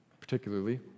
Particularly